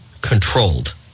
Controlled